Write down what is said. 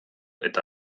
eta